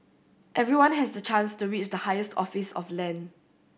everyone has the chance to reach the highest office of land